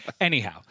Anyhow